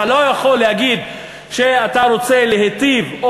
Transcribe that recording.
אתה לא יכול להגיד שאתה רוצה להיטיב,